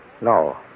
No